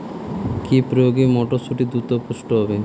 কি প্রয়োগে মটরসুটি দ্রুত পুষ্ট হবে?